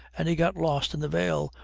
and he got lost in the veil,